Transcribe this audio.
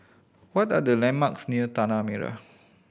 what are the landmarks near Tanah Merah